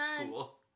school